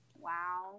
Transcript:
Wow